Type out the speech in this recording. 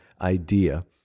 idea